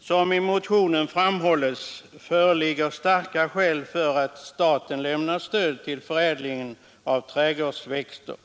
Såsom framhålls i motionen föreligger starka skäl för att staten lämnar stöd till förädlingen av trädgårdsväxter.